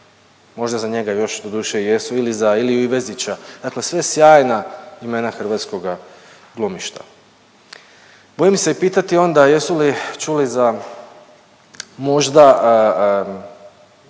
Možda za njega još doduše i jesu ili za Iliju Ivezića, da sve sjajna imena hrvatskoga glumišta. Bojim se i pitati onda jesu li čuli za možda